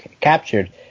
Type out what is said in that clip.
captured